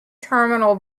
terminal